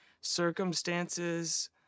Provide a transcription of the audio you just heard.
circumstances